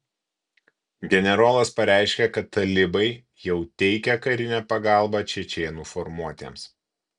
generolas pareiškė kad talibai jau teikia karinę pagalbą čečėnų formuotėms